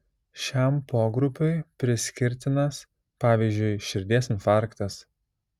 šiam pogrupiui priskirtinas pavyzdžiui širdies infarktas